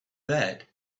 that